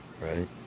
Right